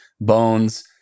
bones